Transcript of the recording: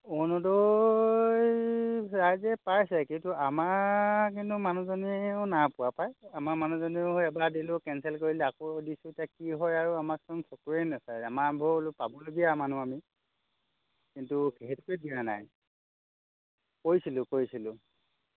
আৰোণোদয় ৰাইজে পাইছে কিন্তু আমাৰ কিন্তু মানুহজনীয়েও নাই পোৱা পাই আমাৰ মানুহজনীয়েও এবাৰ দিলোঁ কেনচেল কৰিলে আকৌ দিছোঁ এতিয়া কি হয় আৰু আমাক চোন চকুৰেই নাচাই আমাৰ আমি পাবলগীয়া মানুহ আমি কিন্তু সেইটোকে দিয়া নাই কৰিছিলোঁ কৰিছিলোঁ